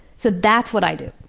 so that's what i do.